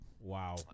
Wow